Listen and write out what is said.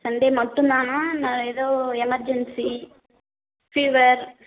Sunday மட்டும்தானா இல்லை ஏதோ எமர்ஜென்சி ஃபீவர்